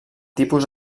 tipus